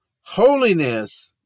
Holiness